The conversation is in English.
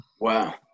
Wow